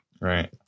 Right